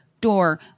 door